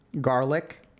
garlic